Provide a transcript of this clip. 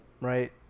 right